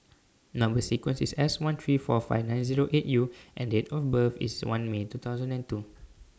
Number sequence IS S one three four five nine Zero eight U and Date of birth IS one May two thousand and two